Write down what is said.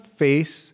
face